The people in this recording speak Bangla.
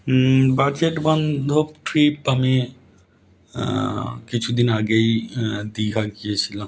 বাজেট বান্ধব ট্রিপ আমি কিছু দিন আগেই দীঘা গিয়েছিলাম